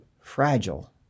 fragile